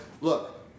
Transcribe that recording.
look